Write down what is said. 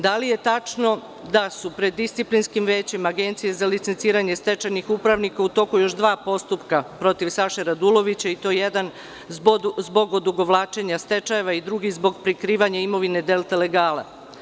Da li je tačno da su pred disciplinskim većem agencije za licenciranje stečajnih upravnika u toku još dva postupka protiv Saše Radulovića i to jedan zbog odugovlačenja stečajeva i drugi zbog prikrivanja imovine „Delta legala“